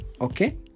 Okay